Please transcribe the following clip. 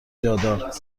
جادار